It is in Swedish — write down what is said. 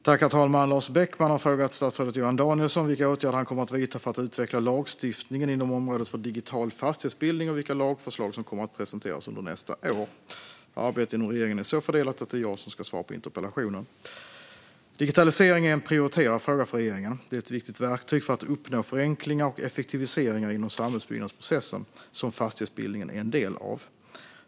Herr talman! Lars Beckman har frågat statsrådet Johan Danielsson vilka åtgärder han kommer att vidta för att utveckla lagstiftningen inom området för digital fastighetsbildning och vilka lagförslag som kommer att presenteras under nästa år. Arbetet inom regeringen är så fördelat att det är jag som ska svara på interpellationen. Digitalisering är en prioriterad fråga för regeringen. Det är ett viktigt verktyg för att uppnå förenklingar och effektiviseringar inom samhällsbyggnadsprocessen, som fastighetsbildningen är en del av.